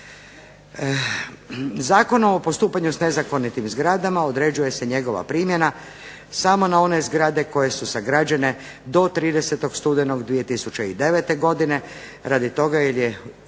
Zakonom o postupanju s nezakonitim zgradama određuje se njegov primjena samo na one zgrade koje su sagrađene do 30. studenog 2009. godine radi toga jer je